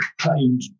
claimed